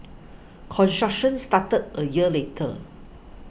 construction started a year later